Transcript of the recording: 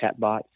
chatbots